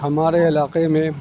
ہمارے علاقے میں